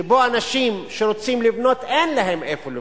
שבו אנשים שרוצים לבנות, אין להם איפה לבנות,